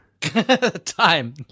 Time